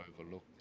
overlooked